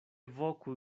voku